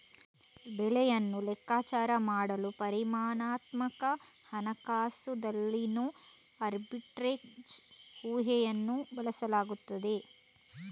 ಬೆಲೆಯನ್ನು ಲೆಕ್ಕಾಚಾರ ಮಾಡಲು ಪರಿಮಾಣಾತ್ಮಕ ಹಣಕಾಸುದಲ್ಲಿನೋ ಆರ್ಬಿಟ್ರೇಜ್ ಊಹೆಯನ್ನು ಬಳಸಲಾಗುತ್ತದೆ